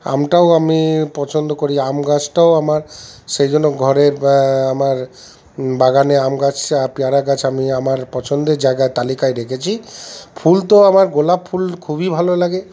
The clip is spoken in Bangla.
আমটাও আমি পছন্দ করি আম গাছটাও আমার সেই জন্য ঘরে আমার বাগানে আম গাছ আর পেয়ারা গাছ আমি আমার পছন্দের জায়গায় তালিকায় রেখেছি ফুল তো আমার গোলাপ ফুল খুবই ভালো লাগে